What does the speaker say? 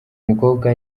mukobwa